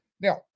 Now